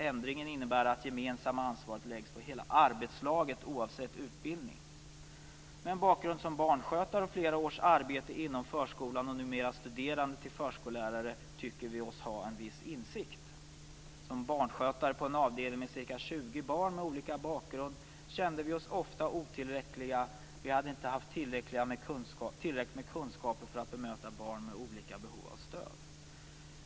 Ändringen innebär att det gemensamma ansvaret läggs på hela arbetslaget oavsett utbildning. Med en bakgrund som barnskötare och flera års arbete inom förskolan och numera studerande till förskollärare tycker vi oss ha en viss insikt. Som barnskötare på en avdelning med ca 20 barn med olika bakgrund kände vi oss ofta otillräckliga. Vi hade inte tillräckligt med kunskaper för att bemöta barn med olika behov av stöd.